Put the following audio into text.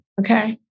okay